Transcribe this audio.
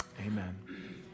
Amen